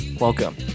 Welcome